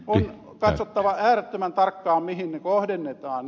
on katsottava äärettömän tarkkaan mihin ne kohdennetaan